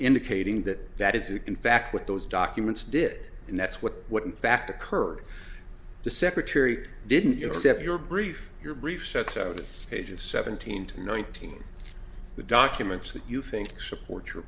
indicating that that is in fact what those documents did and that's what what in fact occurred the secretary didn't you know step your brief your brief sets out of pages seventeen to nineteen of the documents that you think supports your